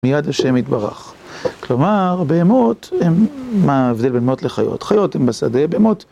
מייד השם יתברך, כלומר בהמות הם, מה ההבדל בין בהמות לחיות? חיות הן בשדה בהמות